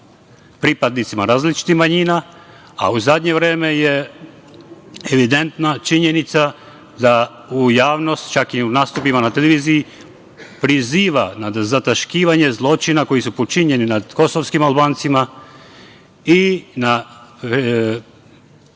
pripadnicima različitih manjina, a u zadnje vreme je evidentna činjenica da u javnosti, čak i u nastupima na televiziji, priziva na zataškavanje zločina koji su počinjeni na kosovskim Albancima i na